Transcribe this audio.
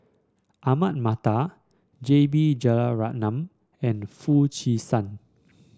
Ahmad Mattar J B Jeyaretnam and Foo Chee San